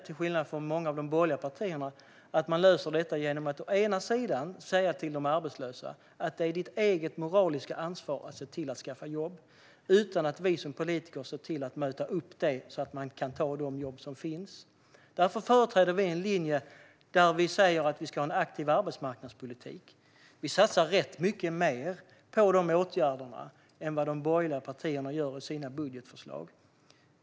Till skillnad från många av de borgerliga partierna tror jag inte att man löser detta genom att säga till de arbetslösa att det är deras eget moraliska ansvar att se till att skaffa jobb. I stället bör vi som politiker se till att möta upp detta så att de arbetslösa kan ta de jobb som finns. Därför företräder vi en linje där vi säger att vi ska ha en aktiv arbetsmarknadspolitik. Vi satsar ganska mycket mer på dessa åtgärder än vad de borgerliga partierna gör i sina budgetförslag.